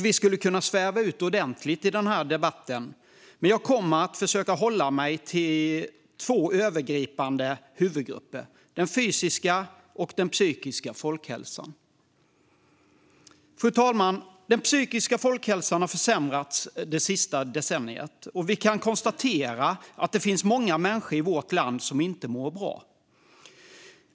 Vi skulle kunna sväva ut ordentligt i denna debatt, men jag kommer att försöka hålla mig till två övergripande huvudgrupper: den fysiska och den psykiska folkhälsan. Fru talman! Den psykiska folkhälsan har försämrats det senaste decenniet, och vi kan konstatera att det finns många människor i vårt land som inte mår bra.